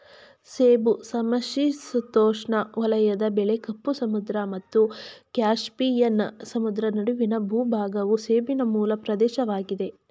ಸೇಬು ಸಮಶೀತೋಷ್ಣ ವಲಯದ ಬೆಳೆ ಕಪ್ಪು ಸಮುದ್ರ ಮತ್ತು ಕ್ಯಾಸ್ಪಿಯನ್ ಸಮುದ್ರ ನಡುವಿನ ಭೂಭಾಗವು ಸೇಬಿನ ಮೂಲ ಪ್ರದೇಶವಾಗಿದೆ